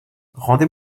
rendez